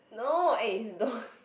no I don't